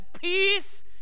Peace